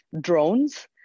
drones